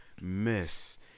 miss